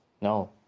no